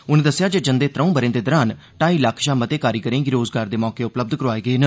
उनें दस्सेआ जे जंदे त्रौं ब'रें दे दौरान ढाई लक्ख शा मते कारीगरें गी रोजगार दे मौके उपलब्ध करोआए गेदे न